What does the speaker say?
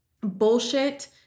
bullshit